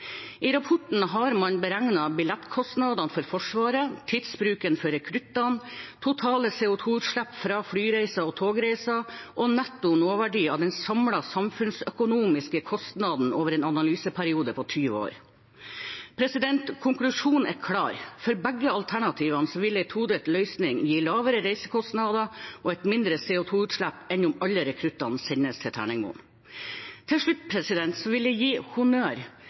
I rapporten har man beregnet billettkostnadene for Forsvaret, tidsbruken for rekruttene, totale CO 2 -utslipp fra flyreiser og togreiser og netto nåverdi av den samlede samfunnsøkonomiske kostnaden over en analyseperiode på 20 år. Konklusjonen er klar. For begge alternativene vil en todelt løsning gi lavere reisekostnader og et mindre CO 2 -utslipp enn om alle rekruttene sendes til Terningmoen. Til slutt vil jeg gi honnør